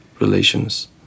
relations